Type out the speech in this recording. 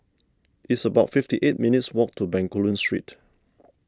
it's about fifty eight minutes' walk to Bencoolen Street